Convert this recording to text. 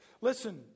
Listen